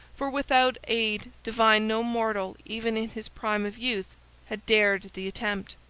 for without aid divine no mortal even in his prime of youth had dared the attempt.